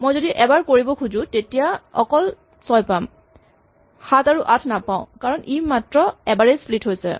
মই যদি এবাৰ কৰিব খোজো তেতিয়া অকল ৬ পাম ৭ আৰু ৮ নাপাওঁ কাৰণ ই মাত্ৰ এবাৰেই স্প্লিট হৈছে